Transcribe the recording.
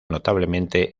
notablemente